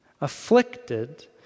Afflicted